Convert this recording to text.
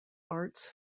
arts